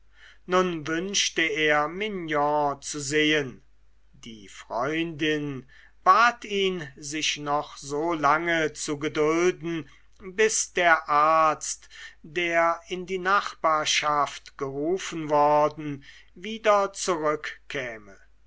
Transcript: nun wünschte er mignon zu sehen die freundin bat ihn sich noch so lange zu gedulden bis der arzt der in die nachbarschaft gerufen worden wieder zurückkäme